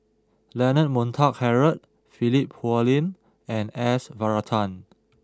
Leonard Montague Harrod Philip Hoalim and S Varathan